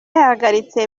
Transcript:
yahagaritse